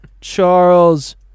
Charles